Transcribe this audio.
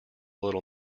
little